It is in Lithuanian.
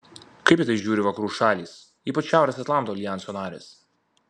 kaip į tai žiūri vakarų šalys ypač šiaurės atlanto aljanso narės